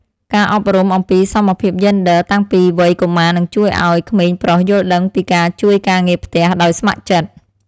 ការអប់រំអំពីសមភាពយេនឌ័រតាំងពីវ័យកុមារនឹងជួយឱ្យក្មេងប្រុសយល់ដឹងពីការជួយការងារផ្ទះដោយស្ម័គ្រចិត្ត។